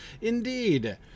Indeed